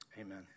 Amen